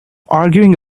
arguing